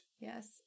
Yes